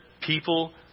people